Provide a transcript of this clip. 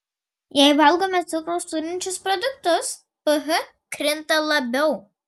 jei valgome cukraus turinčius produktus ph krinta labiau